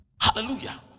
hallelujah